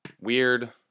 weird